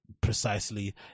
precisely